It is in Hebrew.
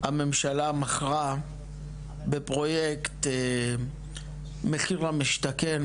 הממשלה מכרה בפרויקט מחיר למשתכן,